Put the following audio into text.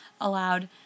allowed